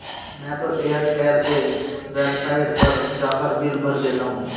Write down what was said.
मैं तो एयरटेल के वेबसाइट पर जाकर बिल भर देता हूं